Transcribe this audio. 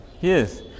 Yes